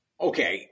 Okay